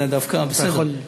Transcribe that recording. זה דווקא בסדר.